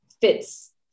fits